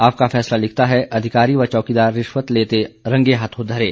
आपका फैसला लिखता है अधिकारी व चौकीदार रिश्वत लेते रंगे हाथों धरे